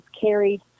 carried